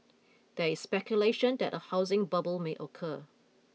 there is speculation that a housing bubble may occur